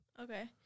Okay